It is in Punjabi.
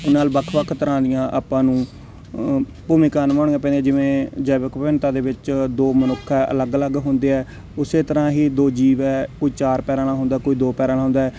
ਨਾਲ ਵੱਖ ਵੱਖ ਤਰ੍ਹਾਂ ਦੀਆਂ ਆਪਾਂ ਨੂੰ ਅ ਭੂਮਿਕਾ ਨਿਭਾਉਣੀਆਂ ਪੈਂਦੀਆਂ ਜਿਵੇਂ ਜੈਵਿਕ ਵਿਭਿੰਨਤਾ ਦੇ ਵਿੱਚ ਦੋ ਮਨੁੱਖ ਹੈ ਅਲੱਗ ਅਲੱਗ ਹੁੰਦੇ ਆ ਉਸੇ ਤਰ੍ਹਾਂ ਹੀ ਦੋ ਜੀਵ ਹੈ ਕੋਈ ਚਾਰ ਪੈਰਾਂ ਵਾਲਾ ਹੁੰਦਾ ਕੋਈ ਦੋ ਪੈਰਾਂ ਵਾਲਾ ਹੁੰਦਾ